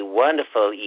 wonderful